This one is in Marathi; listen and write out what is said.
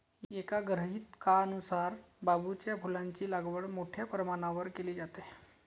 एका गृहीतकानुसार बांबूच्या फुलांची लागवड मोठ्या प्रमाणावर केली जाते